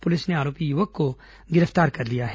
police ने आरोपी युवक को गिरफ्तार कर लिया है